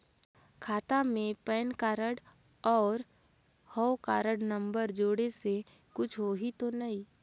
खाता मे PAN card और हव कारड नंबर जोड़े से कुछ होही तो नइ?